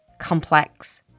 complex